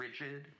rigid